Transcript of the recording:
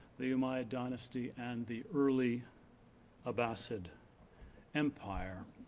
the umayyad dynasty, and the early abbasid empire.